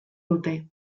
dute